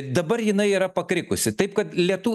dabar jinai yra pakrikusi taip kad lietu